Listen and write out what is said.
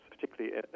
particularly